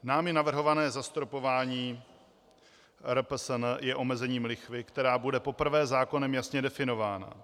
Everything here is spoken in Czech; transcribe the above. Námi navrhované zastropování RPSN je omezením lichvy, která bude poprvé zákonem jasně definována.